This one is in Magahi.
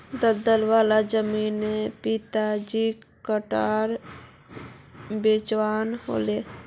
दलदल वाला जमीन पिताजीक घटाट बेचवा ह ले